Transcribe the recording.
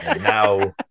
Now